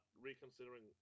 reconsidering